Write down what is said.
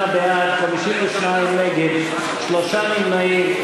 38 בעד, 52 נגד, שלושה נמנעים.